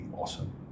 awesome